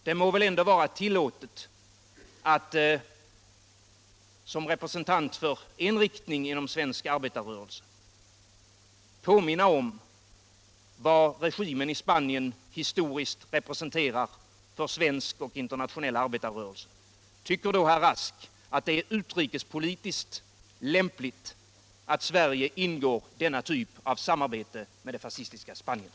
Det må väl ändå vara tillåtet att såsom representant för en riktning inom svensk arbetarrörelse påminna om vad regimen i Spanien historiskt representerar för svensk och internationell arbetarrörelse. Tycker herr Rask att det är utrikespolitiskt lämpligt att Sverige ingår denna typ av samarbete med det fascistiska Spanien?